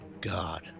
God